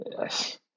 Yes